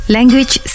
Language